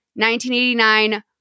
1989